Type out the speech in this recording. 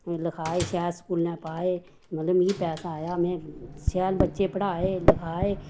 लखाए शैल स्कूलें पाए मतलब मिगी पैसा आया में शैल बच्चे पढ़ाए लखाए